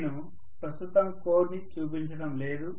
నేను ప్రస్తుతం కోర్ ని చూపించడం లేదు